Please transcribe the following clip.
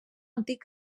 antic